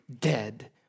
dead